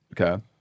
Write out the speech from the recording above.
okay